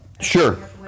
Sure